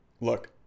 look